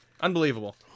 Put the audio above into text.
Unbelievable